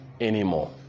anymore